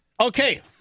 Okay